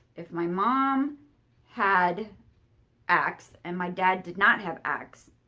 if my mom had x and my dad did not have x,